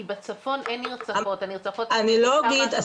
כי בצפון אין נרצחות, הנרצחות --- לא, לא,